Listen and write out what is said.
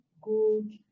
good